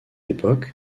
époque